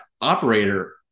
operator